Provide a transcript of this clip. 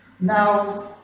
Now